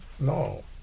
no